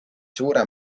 suure